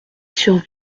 sur